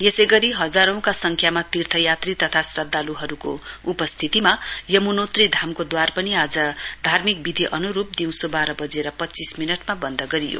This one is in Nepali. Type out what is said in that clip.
यसै गरी हजारौं का संख्यामा तीर्थयात्री तथा श्रध्दालुहरुको उपस्थितीमा यमुनौत्री धामको द्वार पनि आज धार्मिक विधि अनुरुप दिउँसो बाह्र बजेर पञ्चीस मिनटमा वन्द गरियो